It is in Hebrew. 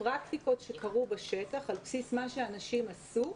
פרקטיקות שקרו בשטח, על בסיס מה שאנשים עשו,